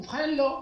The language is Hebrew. אז לא.